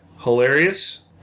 hilarious